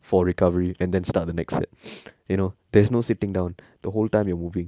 for recovery and then start the next set you know there's no sitting down the whole time you're moving